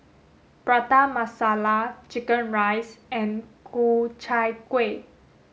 Prata Masala chicken rice and Ku Chai Kueh